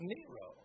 Nero